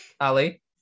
ali